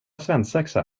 svensexa